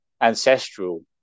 ancestral